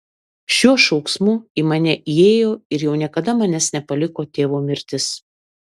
šiuo šauksmu į mane įėjo ir jau niekada manęs nepaliko tėvo mirtis